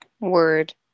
Word